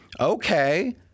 Okay